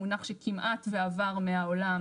מונח שכמעט ועבר מהעולם,